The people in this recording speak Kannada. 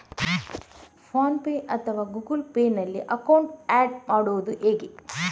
ಫೋನ್ ಪೇ ಅಥವಾ ಗೂಗಲ್ ಪೇ ನಲ್ಲಿ ಅಕೌಂಟ್ ಆಡ್ ಮಾಡುವುದು ಹೇಗೆ?